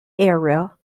area